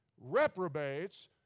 reprobates